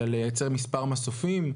אלא לייצר מספר מסופים.